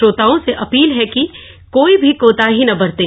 श्रोताओं से अपील है कि कोई भी कोताही न बरतें